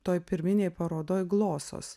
toj pirminėj parodoj glosos